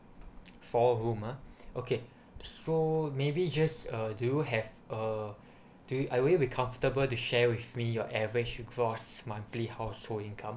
four room uh okay so maybe just uh do you have uh do you a will you be comfortable to share with me your average gross monthly household income